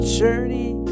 journey